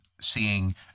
seeing